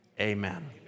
Amen